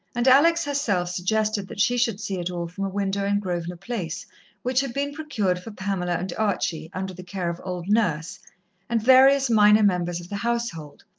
and alex herself suggested that she should see it all from a window in grosvenor place which had been procured for pamela and archie, under the care of old nurse and various minor members of the household.